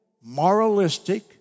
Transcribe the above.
moralistic